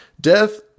Death